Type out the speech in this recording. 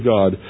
God